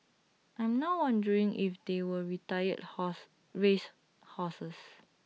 I'm now wondering if they were retired horse race horses